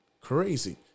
crazy